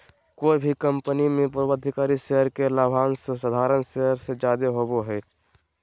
कोय भी कंपनी मे पूर्वाधिकारी शेयर के लाभांश साधारण शेयर से जादे होवो हय